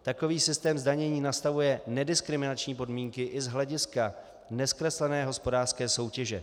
Takový systém zdanění nastavuje nediskriminační podmínky i z hlediska nezkreslené hospodářské soutěže.